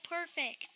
perfect